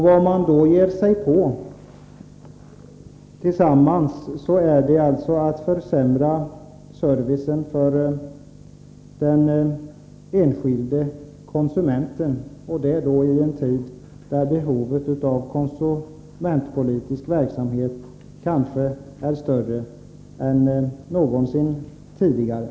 Vad man därmed tillsammans ger sig på är alltså att försämra servicen för den enskilde konsumenten, i en tid när behovet av konsumentpolitisk verksamhet kanske är större än någonsin tidigare.